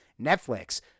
netflix